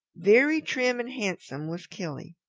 very trim and handsome was killy.